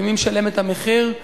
ומי משלם את המחיר?